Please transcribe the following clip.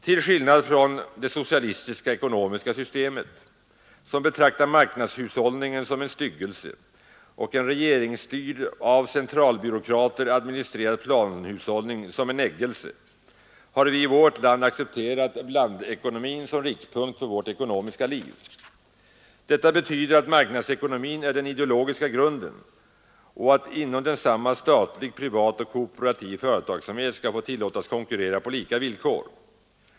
Till skillnad från det socialistiska ekonomiska systemet, som betraktar marknadshushållningen som en styggelse och en regeringsstyrd av centralbyråkrater administrerad planhushållning som en eggelse, har vi i vårt land accepterat blandekonomin som riktpunkt för vårt ekonomiska liv. Detta betyder att marknadsekonomin är den ideologiska grunden och att inom densamma statlig, privat och kooperativ företagsamhet skall tillåtas konkurrera på lika villkor.